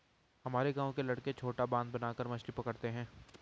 हमारे गांव के लड़के छोटा बांध बनाकर मछली पकड़ते हैं